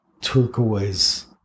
turquoise